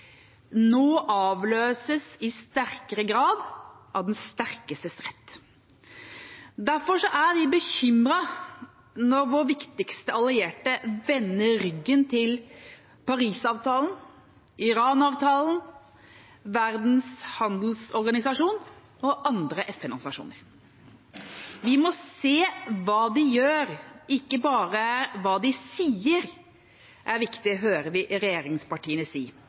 nå avløses i sterkere grad av den sterkestes rett. Derfor er vi bekymret når vår viktigste allierte vender ryggen til Parisavtalen, Iran-avtalen, Verdens handelsorganisasjon og andre FN-organisasjoner. Vi må se hva de gjør, ikke bare hva de sier, det er viktig – det hører vi regjeringspartiene si